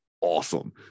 awesome